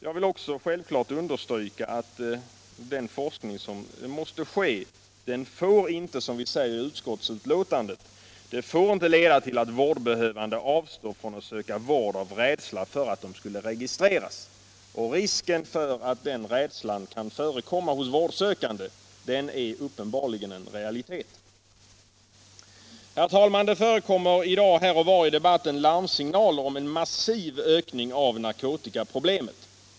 Jag vill också starkt understryka, att den forskning som måste ske, får inte, som det står i betänkandet, leda till att vårdbehövande avstår från att söka vård av rädsla för att registreras. Risken för att den rädslan kan förekomma hos vårdsökande är uppenbarligen en realitet. Herr talman! Det förekommer i dag här och var i debatten larmsignaler om en massiv ökning av narkotikaproblemet.